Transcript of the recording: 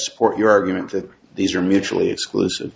support your argument that these are mutually exclusive